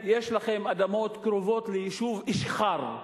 להם: יש לכם אדמות קרובות ליישוב אשחר,